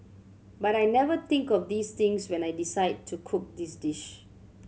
but I never think of these things when I decide to cook this dish